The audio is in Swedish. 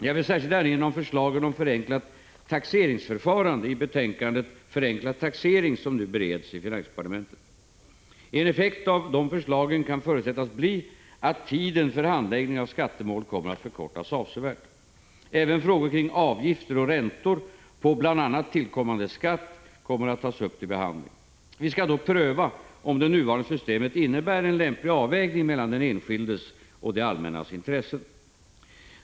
Jag vill särskilt erinra om förslagen om förenklat taxeringsförfarande i betänkandet Förenklad taxering, som nu bereds i finansdepartementet. En effekt av dessa förslag kan förutsättas bli att tiden för handläggning av skattemål kommer att förkortas avsevärt. Även frågor kring avgifter och räntor på bl.a. tillkommande skatt kommer att tas upp till behandling. Vi skall då pröva om det nuvarande systemet innebär en lämplig avvägning mellan den enskildes och det allmännas intressen.